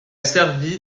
servi